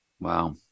Wow